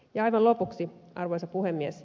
aivan lopuksi arvoisa puhemies